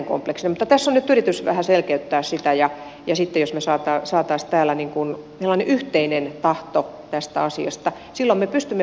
mutta tässä nyt on yritys vähän selkeyttää sitä ja sitten jos me saisimme täällä niin kuin yhteisen tahdon tästä asiasta silloin me pystymme puolustautumaan